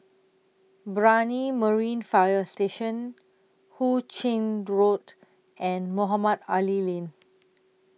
Brani Marine Fire Station Hu Ching Road and Mohamed Ali Lane